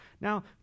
Now